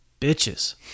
bitches